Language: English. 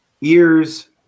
ears